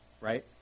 right